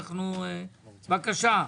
בבקשה.